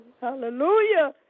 hallelujah